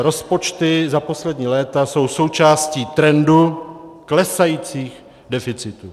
Rozpočty za poslední léta jsou součástí trendu klesajících deficitů.